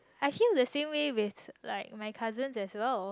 I feel the same way with like my cousins as well